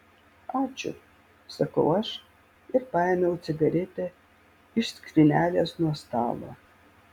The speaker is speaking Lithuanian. ačiū sakau aš ir paėmiau cigaretę iš skrynelės nuo stalo